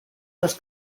los